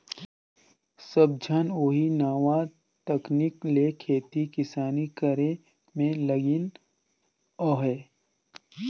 सब झन ओही नावा तकनीक ले खेती किसानी करे में लगिन अहें